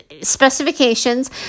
specifications